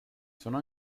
sono